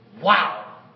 Wow